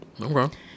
Okay